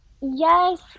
Yes